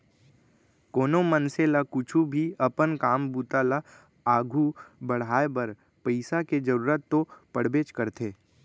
कोनो मनसे ल कुछु भी अपन काम बूता ल आघू बढ़ाय बर पइसा के जरूरत तो पड़बेच करथे